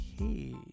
okay